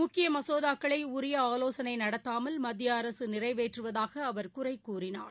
முக்கியமசோதாக்களைஉரியஆலோசனைநடத்தாமல் மத்திய அரசு நிறை வேற்றுவதாக அவர் குறைகூறினார்